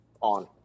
on